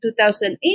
2008